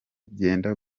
byenda